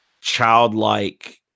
childlike